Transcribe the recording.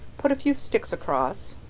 put a few sticks across,